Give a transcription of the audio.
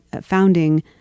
founding